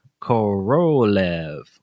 Korolev